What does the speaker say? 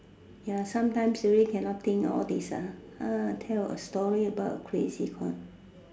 ya sometimes silly cannot think all these ah tell a story about a crazy